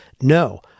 No